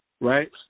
Right